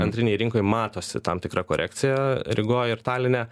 antrinėj rinkoj matosi tam tikra korekcija rygoj ir taline